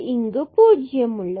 இங்கு பூஜ்யம் உள்ளது